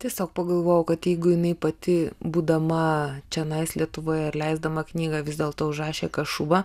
tiesiog pagalvojau kad jeigu jinai pati būdama čionai lietuvoje ar leisdama knygą vis dėlto užrašė kašuba